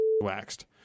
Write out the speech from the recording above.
waxed